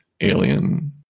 alien